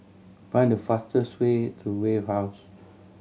find the fastest way to Wave House